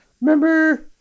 Remember